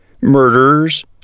Murderers